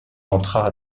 entra